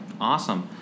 Awesome